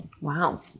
Wow